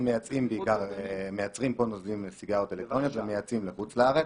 אנחנו מייצרים פה נוזלים לסיגריות אלקטרוניות ומייצאים לחוץ לארץ.